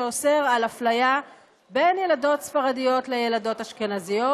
שאוסר אפליה בין ילדות ספרדיות לילדות אשכנזיות,